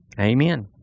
Amen